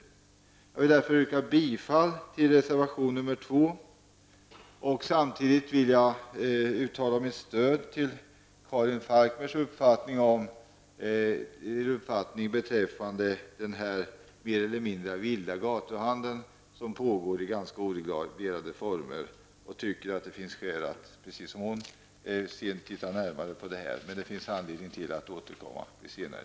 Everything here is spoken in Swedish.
Därmed yrkar jag bifall till reservation 2. Samtidigt vill jag uttala mitt stöd till Karin Falkmers uppfattning beträffande den mer eller mindre vilda gatuhandel som pågår i ganska olikartade former. Jag tycker att det finns skäl, precis som Karin Falkmer sade, att titta närmare på den. Men vi får tillfälle att återkomma till det senare.